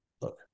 look